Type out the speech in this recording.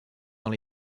dans